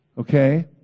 okay